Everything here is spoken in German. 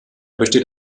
besteht